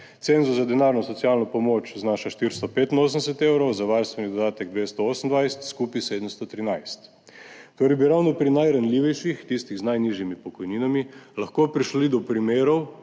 Cenzus za denarno socialno pomoč znaša 485 evrov, za varstveni dodatek 228, skupaj 713, torej bi ravno pri najranljivejših, tistih z najnižjimi pokojninami, lahko prišli do primerov,